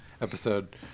episode